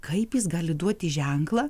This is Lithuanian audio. kaip jis gali duoti ženklą